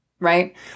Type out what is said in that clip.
right